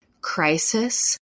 crisis